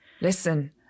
Listen